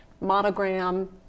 monogram